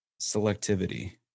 selectivity